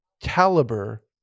caliber